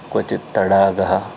क्वचित् तडागः